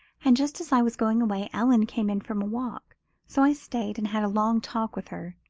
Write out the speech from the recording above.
and just as i was going away ellen came in from a walk so i stayed and had a long talk with her.